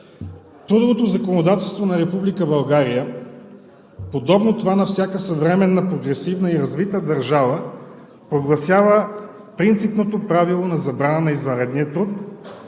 Трудовото законодателство на Република България, подобно на това на всяка съвременна прогресивна и развита държава, прогласява принципното правило на забрана на извънредния труд,